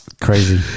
Crazy